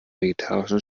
vegetarischen